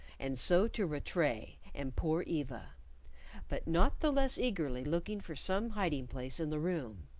and so to rattray and poor eva but not the less eagerly looking for some hiding-place in the room.